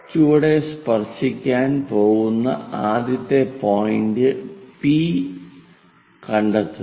ചുവടെ സ്പർശിക്കാൻ പോകുന്ന ആദ്യത്തെ പോയിന്റ് പി nകണ്ടെത്തുക